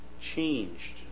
changed